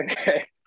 Okay